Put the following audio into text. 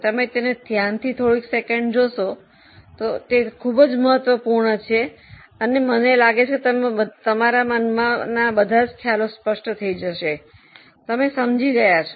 તમે તેને ધ્યાનથી થોડીક સેકંડ જુઓ તે ખૂબ જ મહત્વપૂર્ણ છે અને મને લાગે છે કે બધા ખ્યાલો સ્પષ્ટ થઈ જશે તમે સમજી ગયા છો